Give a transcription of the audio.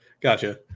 Gotcha